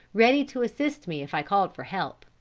ready to assist me if i called for help.